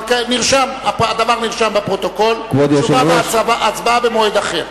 אבל הדבר נרשם בפרוטוקול, תשובה והצבעה במועד אחר.